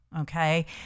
Okay